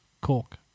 cork